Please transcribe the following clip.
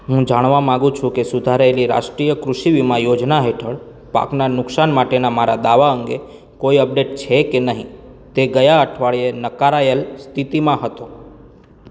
હું જાણવા માગું છું કે સુધારેલી રાષ્ટ્રીય કૃષિ વીમા યોજના હેઠળ પાકનાં નુકસાન માટેના મારા દાવા અંગે કોઈ અપડેટ છે કે નહીં તે ગયાં અઠવાડિયે નકારાયેલ સ્થિતિમાં હતો